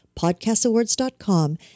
podcastawards.com